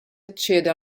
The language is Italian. accede